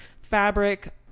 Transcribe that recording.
fabric